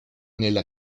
nella